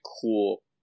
cool